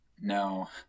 No